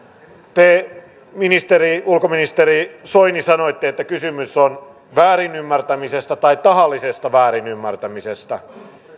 te ulkoministeri soini sanoitte että kysymys on väärinymmärtämisestä tai tahallisesta väärinymmärtämisestä